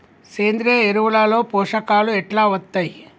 సేంద్రీయ ఎరువుల లో పోషకాలు ఎట్లా వత్తయ్?